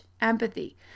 empathy